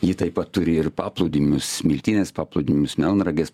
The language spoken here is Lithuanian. ji taip pat turi ir paplūdimius smiltynės paplūdimius melnragės